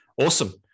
Awesome